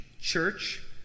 church